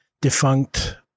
defunct